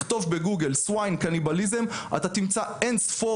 תכתוב בגוגל swine cannibalism אתה תמצא אין ספור